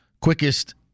quickest